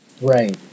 Right